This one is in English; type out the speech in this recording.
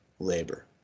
labor